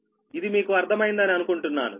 ఇది మీకు అర్థం అయిందని అనుకుంటున్నాను